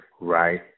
Right